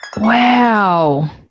Wow